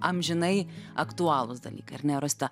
amžinai aktualūs dalykai ar ne rosita